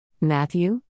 Matthew